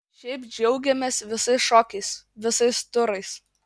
šiaip džiaugiamės visais šokiais visais turais